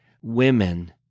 Women